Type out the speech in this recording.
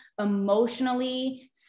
emotionally